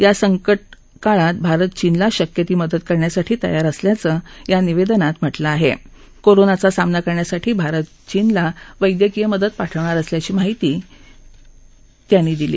या संकटहिंदी काळात भारत चीनला शक्य ती मदत करण्यासाठी तयार असल्याचं या निवडूनात म्हटल आहकोरोनाचा सामना करण्यासाठीभारत चीनला वैद्यकीय मदत पाठवणार असल्याची माहितीही यांनी दिली